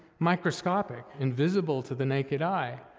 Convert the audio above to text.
microscopic, invisible to the naked eye,